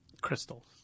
crystals